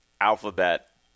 Alphabet